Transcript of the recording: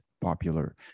popular